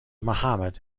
mohammad